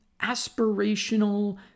aspirational